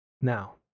Now